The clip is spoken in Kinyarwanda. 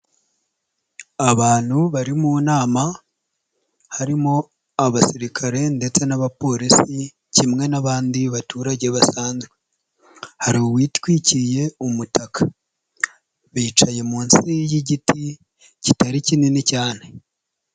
Abantu bari mu nama harimo abasirikare ndetse n'abapolisi kimwe n'abandi baturage basanzwe, hari uwitwikiye umutaka, bicaye munsi y'igiti kitari kinini cyane.